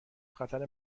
خطر